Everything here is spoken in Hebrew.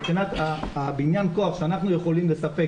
מבחינת בניין הכוח שאנחנו יכולים לספק